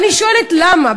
ואני שואלת למה,